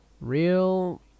Real